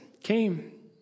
came